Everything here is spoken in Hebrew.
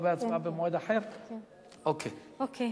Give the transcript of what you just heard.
אוקיי.